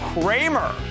Kramer